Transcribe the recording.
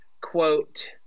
Quote